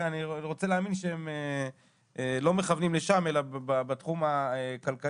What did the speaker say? אני רוצה להאמין שהם לא מכוונים לשם אלא בתחום הכלכלי.